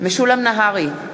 משולם נהרי,